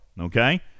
Okay